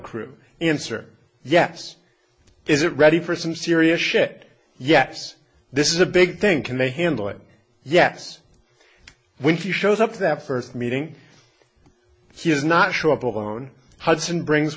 crew answer yes is it ready for some serious shit yes this is a big thing can they handle it yes when he shows up that first meeting he has not show up on hudson brings